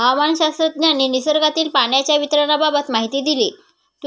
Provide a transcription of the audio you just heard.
हवामानशास्त्रज्ञांनी निसर्गातील पाण्याच्या वितरणाबाबत माहिती दिली